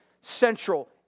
central